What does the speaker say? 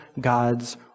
God's